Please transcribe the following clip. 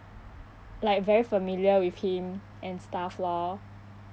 like very familiar with him and stuff lor